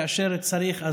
כאשר צריך,